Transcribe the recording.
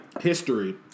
History